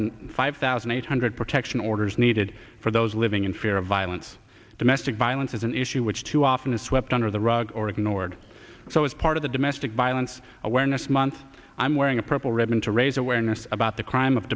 than five thousand eight hundred protection orders needed for those living in fear of violence domestic violence is an issue which too often a swept under the rug or ignored so as part of the domestic violence awareness month i'm wearing a purple ribbon to raise awareness about the crime of